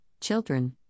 children